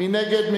מי נגד?